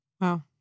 Wow